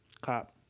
Cop